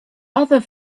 other